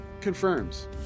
Confirms